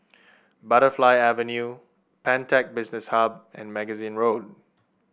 Butterfly Avenue Pantech Business Hub and Magazine Road